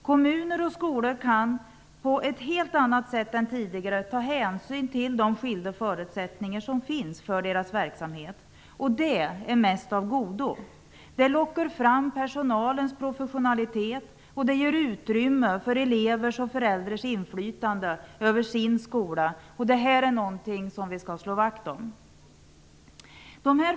Kommuner och skolor kan på ett helt annat sätt än tidigare ta hänsyn till de skilda förutsättningar som finns för deras verksamhet. Det är mest av godo. Det lockar fram personalens professionalitet, och det ger utrymme för elevernas och föräldrarnas inflytande över sin skola. Detta är någonting som vi skall slå vakt om.